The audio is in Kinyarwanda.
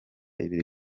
ibiri